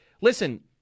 listen